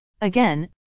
Again